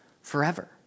forever